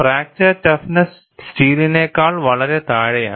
fracture toughness സ്റ്റീലിനേക്കാൾ വളരെ താഴെയാണ്